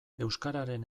euskararen